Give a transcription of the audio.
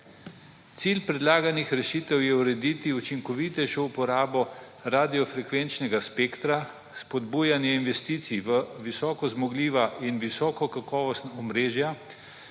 Cilj predlaganih rešitev je urediti učinkovitejšo uporabo radiofrekvenčnega spektra, spodbujanje investicij v visokozmogljiva in visokokakovostna omrežja,